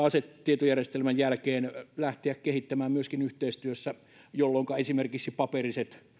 asetietojärjestelmän jälkeen lähteä kehittämään myöskin yhteistyössä jolloinka esimerkiksi paperiset